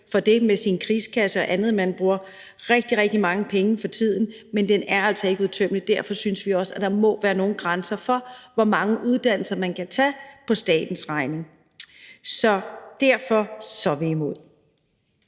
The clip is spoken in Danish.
for det med sin krigskasse og andet – man bruger rigtig, rigtig mange penge for tiden. Men den er altså ikke uudtømmelig, og derfor synes vi også, at der må være nogle grænser for, hvor mange uddannelser man kan tage på statens regning. Derfor er vi imod.